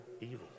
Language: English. Evil